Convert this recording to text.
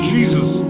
Jesus